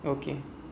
okay